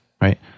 Right